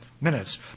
minutes